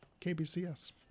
KBCS